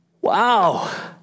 wow